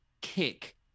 kick